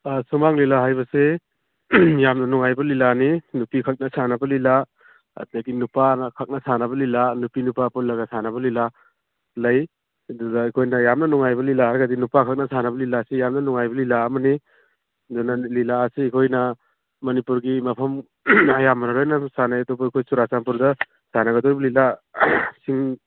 ꯁꯨꯃꯥꯡ ꯂꯤꯂꯥ ꯍꯥꯏꯕꯁꯤ ꯌꯥꯝꯅ ꯅꯨꯡꯉꯥꯏꯕ ꯂꯤꯂꯥꯅꯤ ꯅꯨꯄꯤꯈꯛꯅ ꯁꯥꯟꯅꯕ ꯂꯤꯂꯥ ꯑꯗꯒꯤ ꯅꯨꯄꯥꯅ ꯈꯛꯅ ꯁꯥꯟꯅꯕ ꯂꯤꯂꯥ ꯅꯨꯄꯤ ꯅꯨꯄꯥ ꯄꯨꯜꯂꯒ ꯁꯥꯟꯅꯕ ꯂꯤꯂꯥ ꯂꯩ ꯑꯗꯨꯒ ꯑꯩꯈꯣꯏꯅ ꯌꯥꯝꯅ ꯅꯨꯡꯉꯥꯏꯕ ꯂꯤꯂꯥ ꯍꯥꯏꯔꯒꯗꯤ ꯅꯨꯄꯥꯈꯛꯅ ꯁꯥꯟꯅꯕ ꯂꯤꯂꯥꯁꯤ ꯌꯥꯝꯅ ꯅꯨꯡꯉꯥꯏꯕ ꯂꯤꯂꯥ ꯑꯃꯅꯤ ꯑꯗꯨꯅ ꯂꯤꯂꯥ ꯑꯁꯤ ꯑꯩꯈꯣꯏꯅ ꯃꯅꯤꯄꯨꯔꯒꯤ ꯃꯐꯝ ꯑꯌꯥꯝꯕꯅ ꯂꯣꯏꯅ ꯁꯥꯟꯅꯩ ꯑꯗꯨꯕꯨ ꯑꯩꯈꯣꯏ ꯆꯨꯔꯆꯥꯟꯄꯨꯔ ꯁꯥꯟꯅꯒꯗꯣꯏꯕ ꯂꯤꯂꯥ ꯁꯤꯡ